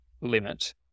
limit